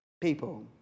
People